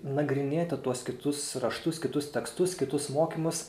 nagrinėti tuos kitus raštus kitus tekstus kitus mokymus